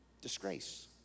disgrace